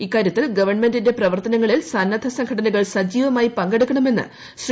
ഇക്കാര്യത്തിൽ ഗവൺമെന്റിന്റെ പ്രവർത്തനങ്ങളിൽ സന്നദ്ധ സംഘടനകൾ സജീവമായി പങ്കെടുക്കണമെന്ന് ശ്രീ